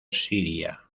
siria